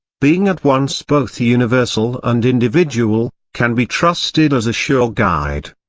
being at once both universal and individual, can be trusted as a sure guide.